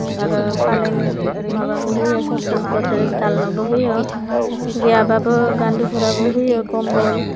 आरो फालें माबाबो होयो सकेस गड्रेस दानलबबो होयो गैयाबाबो गान्दुफोराबो होयो कम्बल